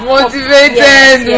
Motivated